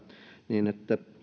niin että